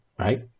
right